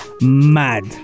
Mad